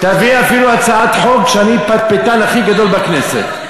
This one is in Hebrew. תביא אפילו הצעת חוק שאני הפטפטן הכי גדול בכנסת.